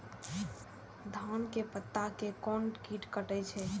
धान के पत्ता के कोन कीट कटे छे?